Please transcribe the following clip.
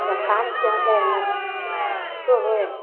नऽ काम पेले हइ ने कुछो होइ